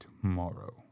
tomorrow